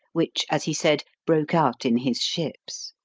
which, as he said, broke out in his ships.